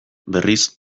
berriz